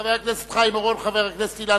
חבר הכנסת חיים אורון וחבר הכנסת אילן